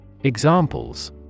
Examples